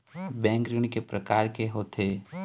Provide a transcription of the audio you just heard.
Bank ऋण के प्रकार के होथे?